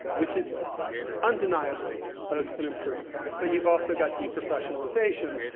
which is undeniably an improvement, but you've also got de-professionalization,